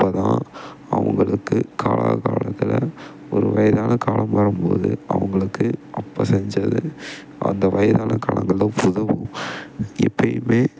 அப்போ தான் அவங்களுக்கு காலா காலத்தில் ஒரு வயதான காலம் வரும்போது அவங்களுக்கு அப்போ செஞ்சது அந்த வயதான காலங்களில் உதவும் இப்போயுமே